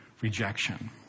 rejection